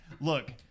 Look